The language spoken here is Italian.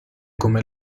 come